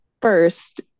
first